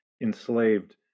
enslaved